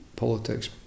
politics